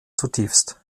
zutiefst